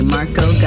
Marco